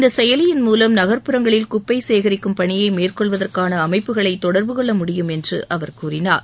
இந்த செயலியின் மூவம் நகர்ப்புறங்களில் குப்பை சேகரிக்கும் பணியை மேற்கொள்வதற்கான அமைப்புகளை தொடர்பு கொள்ள முடியும் என்று அவர் கூறினார்